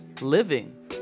living